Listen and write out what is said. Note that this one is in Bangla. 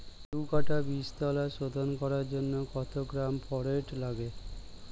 দু কাটা বীজতলা শোধন করার জন্য কত গ্রাম ফোরেট লাগে?